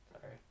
Sorry